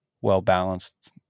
well-balanced